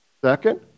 Second